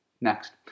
Next